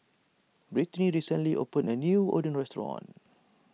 Britney recently opened a new Oden restaurant